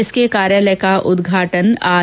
इसके कार्यालय का उद्घाटन आज किया